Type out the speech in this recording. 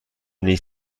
نیز